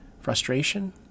frustration